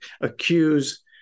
Accuse